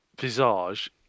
visage